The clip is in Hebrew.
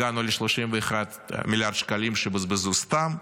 הגענו ל-31 מיליארד שקלים שבוזבזו סתם,